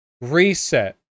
Reset